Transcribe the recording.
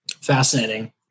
Fascinating